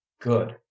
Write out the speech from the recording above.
good